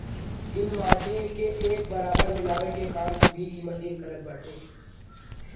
गिल माटी के एक बराबर मिलावे के काम भी इ मशीन करत बाटे